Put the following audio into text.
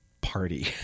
party